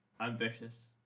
ambitious